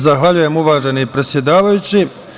Zahvaljujem, uvaženi predsedavajući.